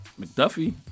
McDuffie